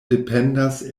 dependas